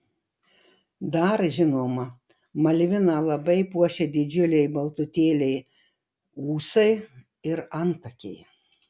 dar žinoma malviną labai puošia didžiuliai baltutėliai ūsai ir antakiai